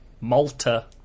Malta